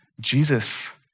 Jesus